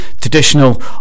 traditional